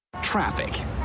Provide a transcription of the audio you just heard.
traffic